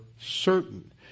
certain